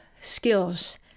skills